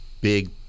big